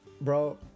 bro